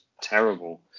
terrible